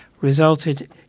resulted